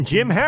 Jim